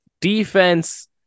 defense